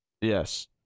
Yes